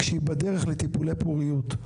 כשהיא בדרך לטיפולי פוריות,